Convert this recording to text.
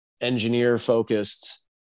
engineer-focused